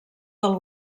del